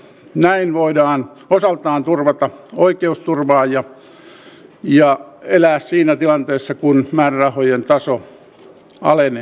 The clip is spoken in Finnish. näin voidaan osaltaan turvata oikeusturvaa ja elää siinä tilanteessa jossa määrärahojen taso alenee